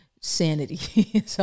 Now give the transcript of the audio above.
sanity